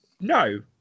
No